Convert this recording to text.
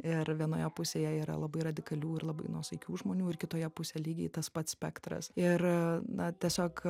ir vienoje pusėje yra labai radikalių ir labai nuosaikių žmonių ir kitoje pusėj lygiai tas pats spektras ir na tiesiog